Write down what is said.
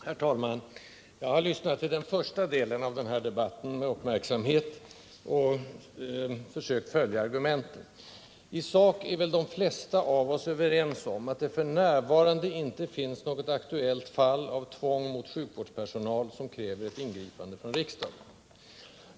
Herr talman! Jag har lyssnat till den första delen av den här debatten med uppmärksamhet och försökt följa argumenten. I sak är väl de flesta av oss överens om att det f. n. inte finns något aktuellt fall av tvång mot sjukvårdspersonal, som kräver ett ingripande från riksdagen.